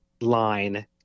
line